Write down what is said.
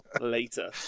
later